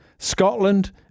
Scotland